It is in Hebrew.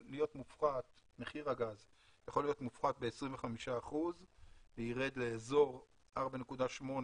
מחיר הגז יכול להיות מופחת ב-25% ולרדת לאזור 4.8